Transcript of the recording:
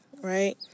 right